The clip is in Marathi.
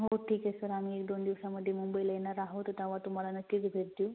हो ठीक आहे सर आम्ही एकदोन दिवसामध्ये मुंबईला येणार आहोत तेव्हा तुम्हाला नक्की विजीट देऊ